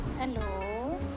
Hello